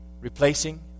replacing